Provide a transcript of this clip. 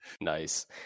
Nice